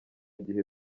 gihe